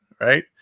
right